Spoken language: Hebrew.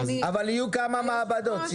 יהיו כמה מעבדות.